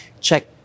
check